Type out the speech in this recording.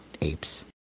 apes